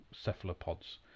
cephalopods